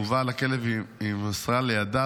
ובעל הכלב ימסרה לידיו,